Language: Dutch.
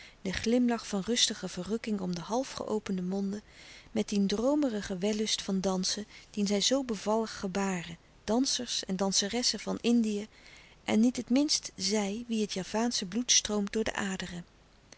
de glimlach van rustige verrukking om de half geopende monden met dien droomerigen wellust van dansen dien zij zoo bevallig gebaren dansers en danseressen van indië en niet het minst zij wie het javaansche bloed stroomt door de aderen